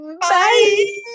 Bye